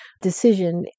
decision